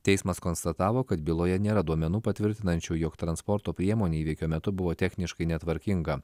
teismas konstatavo kad byloje nėra duomenų patvirtinančių jog transporto priemonė įvykio metu buvo techniškai netvarkinga